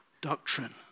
doctrine